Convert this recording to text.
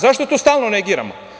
Zašto to stalno negiramo?